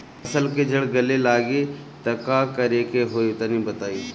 फसल के जड़ गले लागि त का करेके होई तनि बताई?